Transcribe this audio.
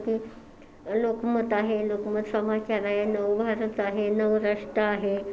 जसंकी लोकमत आहे लोकमत समाचार आहे नवभारत आहे नवराष्ट्र आहे